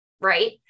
Right